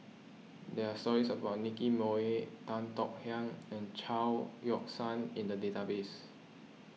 there are stories about Nicky Moey Tan Tong Hye and Chao Yoke San in the database